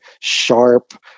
sharp